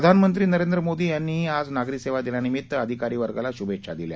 प्रधानमंत्री नरेन्द्र मोदी यांनीही आज नागरीसेवा दिनानिमित्त अधिकारी वर्गाला शुभेच्छा दिल्या